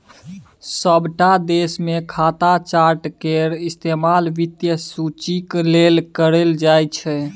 सभटा देशमे खाता चार्ट केर इस्तेमाल वित्तीय सूचीक लेल कैल जाइत छै